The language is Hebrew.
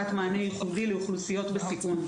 לוקחת וסוחבת יועצת חינוכית,